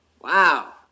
Wow